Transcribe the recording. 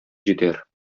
җитәр